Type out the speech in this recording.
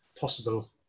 possible